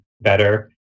better